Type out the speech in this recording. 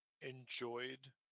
enjoyed